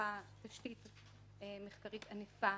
הונחה בפני הצוות תשתית מחקרית ענפה